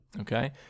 Okay